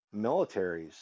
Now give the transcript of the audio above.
militaries